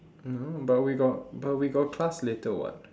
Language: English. no but we got we got class later [what]